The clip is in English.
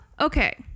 okay